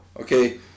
okay